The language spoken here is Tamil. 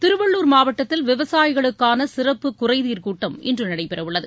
திருவள்ளுர்மாவட்டத்தில் விவசாயிகளுக்கான சிறப்பு குறைதீர் கூட்டம் இன்று நடைபெறவுள்ளது